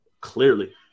Clearly